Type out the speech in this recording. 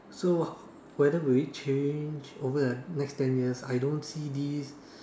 so whether will it change over the next ten years I don't see this